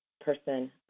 person